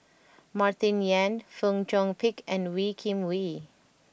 Martin Yan Fong Chong Pik and Wee Kim Wee